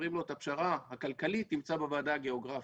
אומרים לו: את הפשרה הכלכלית תמצא בוועדה הגיאוגרפית,